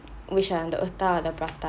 which are the otah or the prata